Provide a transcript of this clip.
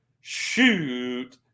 Shoot